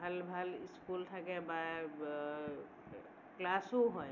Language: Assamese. ভাল ভাল ইস্কুল থাকে বা ক্লাছো হয়